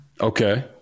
Okay